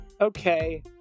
Okay